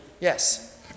yes